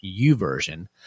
uversion